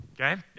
Okay